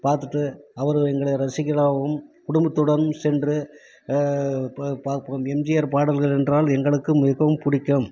பார்த்துட்டு அவர்கள் எங்களை ரசிகர்ராகவும் குடும்பத்துடன் சென்று போய் பார்ப்போம் எம்ஜிஆர் பாடல்கள் என்றால் எங்களுக்கு மிகவும் பிடிக்கும்